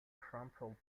crumpled